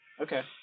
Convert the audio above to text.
okay